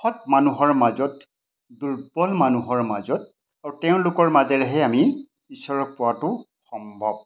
সৎ মানুহৰ মাজত দুৰ্বল মানুহৰ মাজত আৰু তেওঁলোকৰ মাজেৰেহে আমি ঈশ্বৰক পোৱাটো সম্ভৱ